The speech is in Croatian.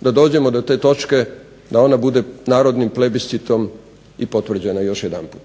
da dođemo do te točke da ona bude narodnim plebiscitom i potvrđena još jedanput.